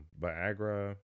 Viagra